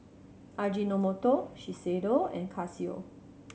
Ajinomoto Shiseido and Casio